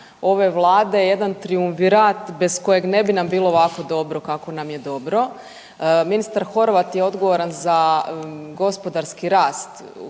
ove Vlade, jedan triumvirat bez kojeg ne bi nam bilo ovakvo dobro kako nam je dobro. Ministar Horvat je odgovoran za gospodarski rast